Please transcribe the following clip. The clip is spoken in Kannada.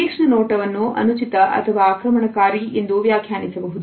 ತೀಕ್ಷ್ಣ ನೋಟವನ್ನು ಅನುಚಿತ ಅಥವಾ ಆಕ್ರಮಣಕಾರಿ ಎಂದು ವ್ಯಾಖ್ಯಾನಿಸಬಹುದು